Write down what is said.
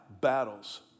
battles